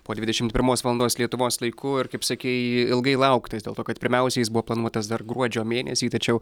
po dvidešimt pirmos valandos lietuvos laiku ir kaip sakei ilgai lauktas dėl to kad pirmiausia jis buvo planuotas dar gruodžio mėnesį tačiau